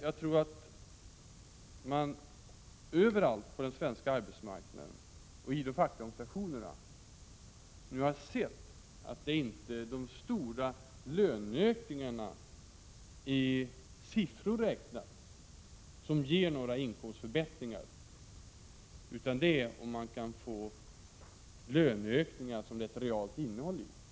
Jag tror att man överallt på den svenska arbetsmarknaden och i de fackliga organisationerna nu har sett att det inte är de stora löneökningarna i siffror räknat som ger några inkomstförbättringar utan att det är löneökningar med ett realt innehåll i som ger inkomstförbättringar.